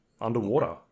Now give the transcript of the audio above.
underwater